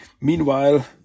Meanwhile